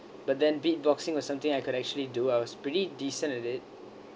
but then beatboxing was something I could actually do I was pretty decent at it